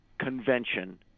convention